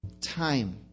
Time